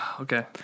Okay